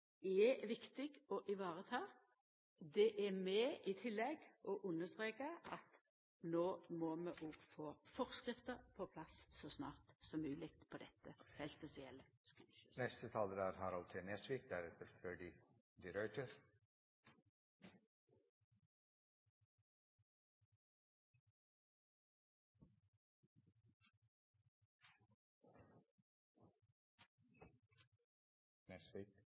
er viktig å vareta. Eg vil i tillegg understreka at da må vi òg få forskrifter på plass så snart som mogleg på dette feltet som gjeld skuleskyss. Jeg er